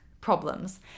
problems